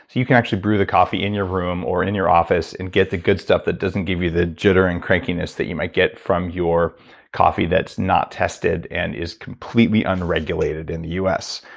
you can actually brew the coffee in your room, or in your office, and get the good stuff that doesn't give you the jittering and crankiness that you might get from your coffee that's not tested and is completely unregulated in the u s,